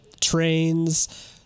trains